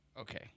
Okay